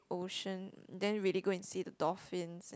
ocean then really go and see the dolphins